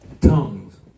Tongues